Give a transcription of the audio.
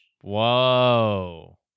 Whoa